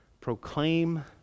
Proclaim